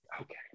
Okay